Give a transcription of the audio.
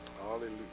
Hallelujah